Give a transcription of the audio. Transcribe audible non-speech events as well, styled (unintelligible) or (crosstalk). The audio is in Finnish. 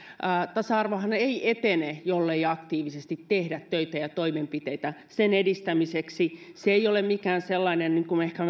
tasa arvohan ei etene jollei aktiivisesti tehdä töitä ja toimenpiteitä sen edistämiseksi se ei ole mikään sellainen asia niin kuin me ehkä (unintelligible)